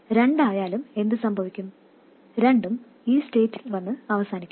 രണ്ടായാലും എന്തു സംഭവിക്കും രണ്ടും ഈ സ്റ്റേറ്റിൽ വന്ന് അവസാനിക്കും